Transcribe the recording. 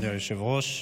אדוני היושב-ראש,